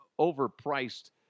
overpriced